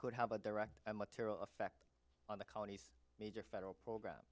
could have a direct and material effect on the colonies major federal program